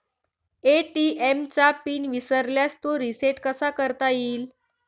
ATM चा PIN विसरल्यास तो रिसेट कसा करता येईल?